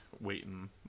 waiting